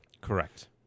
Correct